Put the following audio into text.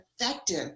effective